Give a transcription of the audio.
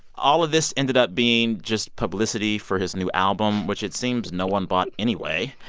all of this ended up being just publicity for his new album, which it seems no one bought anyway.